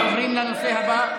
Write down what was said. אנחנו עוברים לנושא הבא.